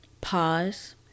pause